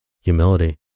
Humility